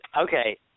Okay